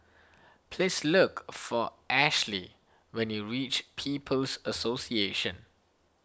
please look for Ashly when you reach People's Association